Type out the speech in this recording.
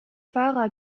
fahrer